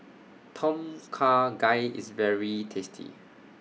Tom Kha Gai IS very tasty